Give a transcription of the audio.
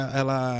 ela